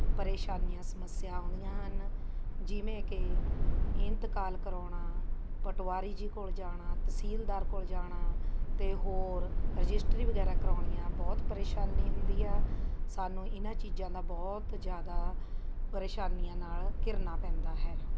ਪਰੇਸ਼ਾਨੀਆਂ ਸਮੱਸਿਆ ਆਉਂਦੀਆਂ ਹਨ ਜਿਵੇਂ ਕਿ ਇੰਤਕਾਲ ਕਰਾਉਣਾ ਪਟਵਾਰੀ ਜੀ ਕੋਲ਼ ਜਾਣਾ ਤਹਿਸੀਲਦਾਰ ਕੋਲ਼ ਜਾਣਾ ਅਤੇ ਹੋਰ ਰਜਿਸਟਰੀ ਵਗੈਰਾ ਕਰਾਉਣੀਆਂ ਬਹੁਤ ਪਰੇਸ਼ਾਨੀ ਹੁੰਦੀ ਆ ਸਾਨੂੰ ਇਹਨਾਂ ਚੀਜ਼ਾਂ ਦਾ ਬਹੁਤ ਜ਼ਿਆਦਾ ਪਰੇਸ਼ਾਨੀਆਂ ਨਾਲ਼ ਘਿਰਨਾ ਪੈਂਦਾ ਹੈ